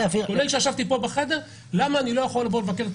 כולל בזמן שאני יושב כאן בחדר: למה אני לא יכול לבוא לבקר.